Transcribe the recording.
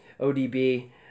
ODB